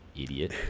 idiot